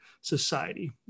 society